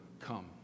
come